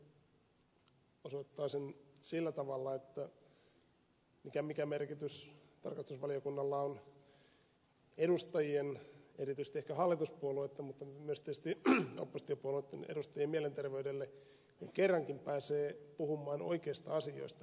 ensinnäkin se osoittaa sen sillä tavalla mikä merkitys tarkastusvaliokunnalla on edustajien erityisesti ehkä hallituspuolueitten mutta myös tietysti oppositiopuolueitten edustajien mielenterveydelle kun kerrankin pääsee puhumaan oikeista asioista ihan vapaasti